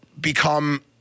become